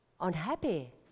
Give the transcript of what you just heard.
unhappy